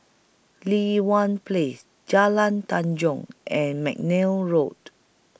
Li Hwan Place Jalan Tanjong and Mcnair Road